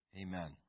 Amen